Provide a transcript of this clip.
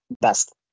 best